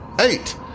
Eight